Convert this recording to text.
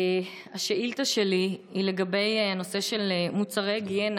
השאילתה שלי היא לגבי נושא של מוצרי היגיינה